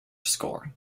score